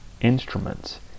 instruments